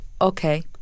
okay